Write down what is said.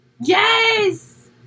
Yes